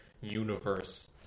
universe